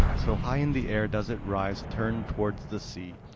so high in the air does it rise turned towards the sea.